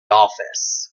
office